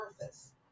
surface